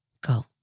Go